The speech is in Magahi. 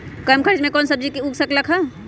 कम खर्च मे कौन सब्जी उग सकल ह?